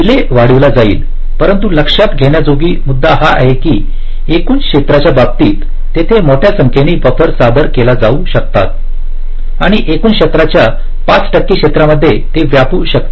delay वाढविला जाईल परंतु लक्षात घेण्याजोगा मुद्दा हा आहे की एकूण क्षेत्राच्या बाबतीत तेथे मोठ्या संख्येने बफर सादर केले जाऊ शकतात आणि एकूण क्षेत्राच्या 5 टक्के क्षेत्रामध्ये ते व्यापू शकते